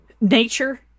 nature